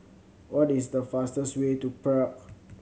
what is the fastest way to Prague